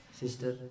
sister